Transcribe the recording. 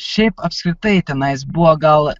šiaip apskritai tenais buvo gal